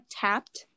tapped